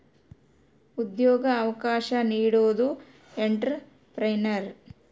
ಉದ್ಯೋಗ ಅವಕಾಶ ನೀಡೋದು ಎಂಟ್ರೆಪ್ರನರ್